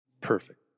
Perfect